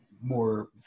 more